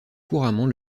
couramment